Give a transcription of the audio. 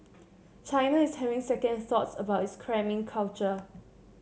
China is having second thoughts about its cramming culture